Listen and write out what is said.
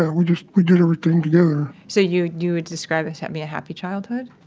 ah we just, we did everything together so, you you would describe it as having a happy childhood?